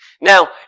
Now